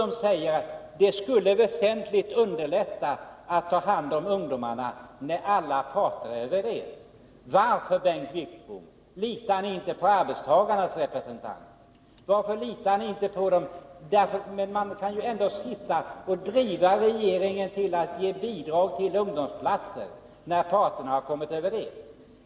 De säger alltså, att det skulle väsentligt underlätta möjligheterna att ta hand om ungdomarna om alla parter vore överens. Varför, Bengt Wittbom, litar ni inte på arbetstagarnas representanter? De kan ju ändå driva regeringen att ge bidrag till ungdomsplatser, när parterna har kommit överens.